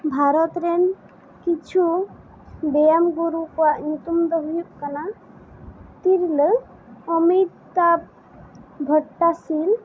ᱵᱷᱟᱨᱚᱛ ᱨᱮᱱ ᱠᱤᱪᱷᱩ ᱵᱮᱭᱟᱢ ᱵᱩᱨᱩ ᱠᱚᱣᱟᱜ ᱧᱩᱛᱩᱢ ᱫᱚ ᱦᱩᱭᱩᱜ ᱠᱟᱱᱟ ᱛᱤᱨᱞᱟᱹ ᱟᱢᱤᱛᱟᱵᱽ ᱵᱷᱟᱴᱴᱟᱥᱤᱝ